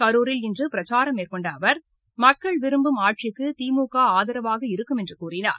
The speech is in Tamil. கரூரில் இன்று பிரச்சாரம் மேற்கொண்ட அவர் மக்கள் விரும்பும் ஆட்சிக்கு திமுக ஆரவாக இருக்கும் என்று கூறினார்